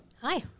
Hi